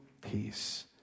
peace